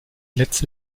letzte